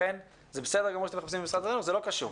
לכן זה בסדר גדול שאת מחכים למשרד החינוך אבל זה לא קשור.